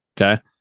okay